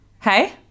Hey